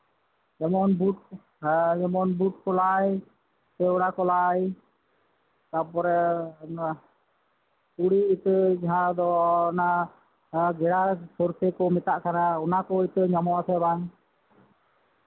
ᱡᱮᱢᱚᱱ ᱦᱮᱸ ᱵᱩᱴ ᱠᱚᱞᱟᱭ ᱠᱮᱣᱲᱟ ᱠᱚᱞᱟᱭ ᱛᱟᱨᱯᱚᱨᱮ ᱛᱩᱲᱤ ᱤᱛᱟᱹ ᱡᱟᱸᱦᱟ ᱫᱚ ᱪᱮᱫ ᱢᱮᱛᱟᱜ ᱠᱟᱱᱟ ᱚᱱᱟ ᱠᱚ ᱧᱟᱢᱚᱜ ᱟᱥᱮ ᱵᱟᱝ